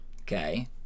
Okay